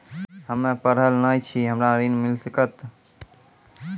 हम्मे पढ़ल न छी हमरा ऋण मिल सकत?